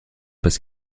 parce